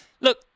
look